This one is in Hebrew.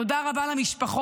תודה רבה למשפחות.